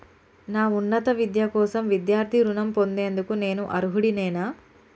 నా ఉన్నత విద్య కోసం విద్యార్థి రుణం పొందేందుకు నేను అర్హుడినేనా?